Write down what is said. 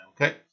Okay